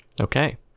Okay